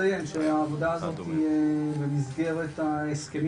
כל ניסיון הברחה מסווג בסוף ובהתחלה וככה